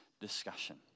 discussion